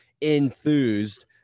enthused